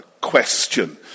question